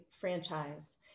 Franchise